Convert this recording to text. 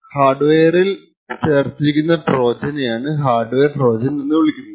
hard വെയറിൽ ചേർത്തിരിക്കുന്ന ട്രോജനെയാണ് ഹാർഡ് വെയർ ട്രോജൻ എന്ന് വിളിക്കുന്നത്